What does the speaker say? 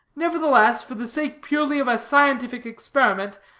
nevertheless, for the sake purely of a scientific experiment,